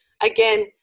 Again